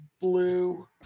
blue